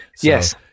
Yes